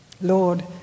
Lord